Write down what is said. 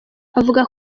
avuga